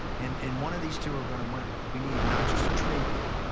and, and one of these two are going to win. we need not just a trade deal,